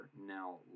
now